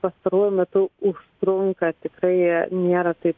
pastaruoju metu užtrunka tikrai nėra taip